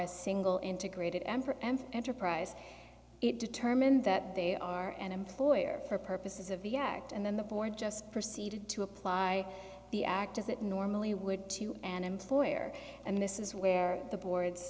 a single integrated emperor and enterprise it determined that they are an employer for purposes of the act and then the board just proceeded to apply the act as it normally would to an employer and this is where the board